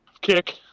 kick